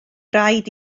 raid